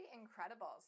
incredible